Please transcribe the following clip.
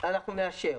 אנחנו נאשר.